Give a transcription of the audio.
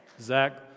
Zach